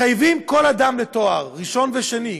מחייבים כל אדם בתואר, ראשון ושני,